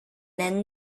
then